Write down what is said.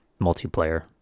multiplayer